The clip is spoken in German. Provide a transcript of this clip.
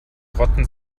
rotten